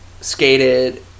skated